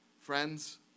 friends